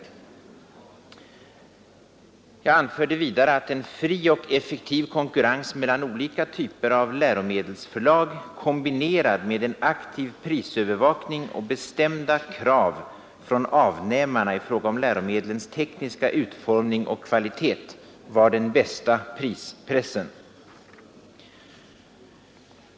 Vidare anförde jag att en fri och effektiv konkurrens mellan olika typer av läromedelsförlag, kombinerad med en aktiv prisövervakning och bestämda krav från avnämarna i fråga om läromedlens tekniska utformning och kvalitet var den bästa prispressen.